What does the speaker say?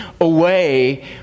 away